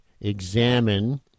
examine